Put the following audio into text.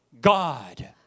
God